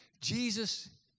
Jesus